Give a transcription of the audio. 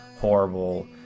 horrible